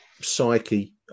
psyche